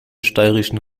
steirischen